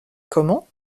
comment